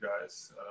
guys